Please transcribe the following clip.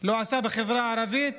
לא עשה בחברה הערבית,